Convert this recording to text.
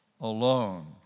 alone